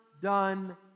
done